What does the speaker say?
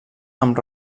amb